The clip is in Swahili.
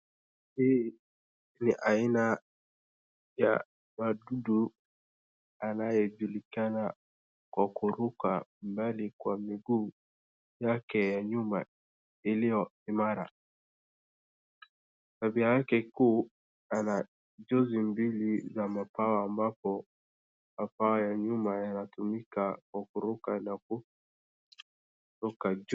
Hii ni aina ya wadudu wanaojulikana kwa kuruka angali kwa miguu yake ya nyuma iliyo imara. Avya yake kuu ana juzi mbili za mabawa ambapo mabawa ya nyuma yanatumika kwa kuruka na kuruka juu.